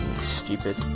Stupid